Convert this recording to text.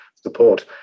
support